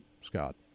Scott